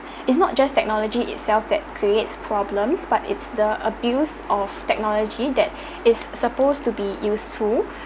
is not just technology itself that creates problems but it's the abuse of technology that is supposed to be useful